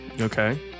Okay